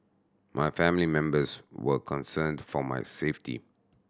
my family members were concerned for my safety